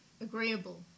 agreeable